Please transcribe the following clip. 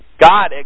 God